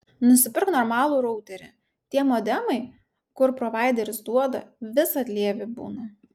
nusipirk normalų routerį tie modemai kur provaideris duoda visad lievi būna